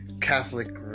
Catholic